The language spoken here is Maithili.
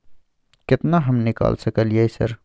केतना हम निकाल सकलियै सर?